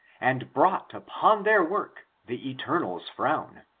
and brought upon their work the eternal's frown.